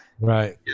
Right